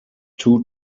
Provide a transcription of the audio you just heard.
two